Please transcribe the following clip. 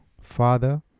Father